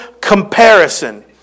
comparison